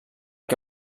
que